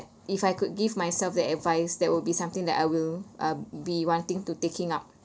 if I could give myself the advice that will be something that I will um be wanting to taking up